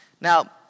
Now